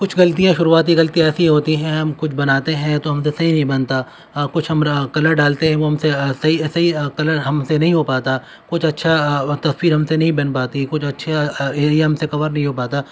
کچھ غلطیاں شروعاتی غلطی ایسی ہوتی ہیں ہم کچھ بناتے ہیں تو ہم سے صحیح نہیں بنتا کچھ ہم کلر ڈالتے ہیں وہ ہم سے صحیح کلر ہم سے نہیں ہو پاتا کچھ اچھا تصویر ہم سے نہیں بن پاتی کچھ اچھے ایریا ہم سے کور نہیں ہو پاتا